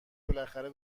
بالاخره